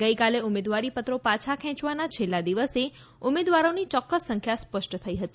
ગઇકાલે ઉમેદવારીપત્રો પાછા ખેંચવાના છેલ્લા દિવસે ઉમેદવારોની ચોક્કસ સંખ્યા સ્પષ્ટ થઇ હતી